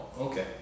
okay